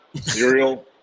Cereal